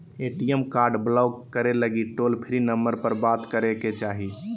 ATM card block करे लगी toll free number पर बात करे के चाही